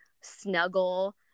snuggle